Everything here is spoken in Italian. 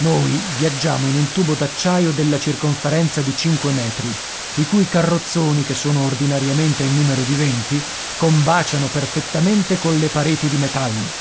noi viaggiamo in un tubo d'acciaio della circonferenza di cinque metri i cui carrozzoni che sono ordinariamente in numero di venti combaciano perfettamente colle pareti di metallo